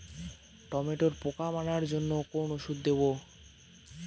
টমেটোর পোকা মারার জন্য কোন ওষুধ দেব?